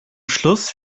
schluss